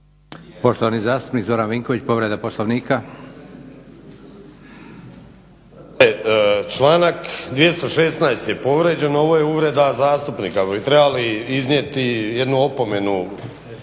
Poštovani zastupnik Zoran Vinković, povreda Poslovnika. **Vinković, Zoran (HDSSB)** Članak 216. je povrijeđen. Ovo je uvreda zastupnika, vi bi trebali iznijeti jednu opomenu